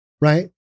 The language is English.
right